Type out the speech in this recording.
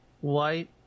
White